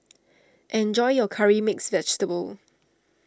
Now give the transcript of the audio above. enjoy your Curry Mixed Vegetable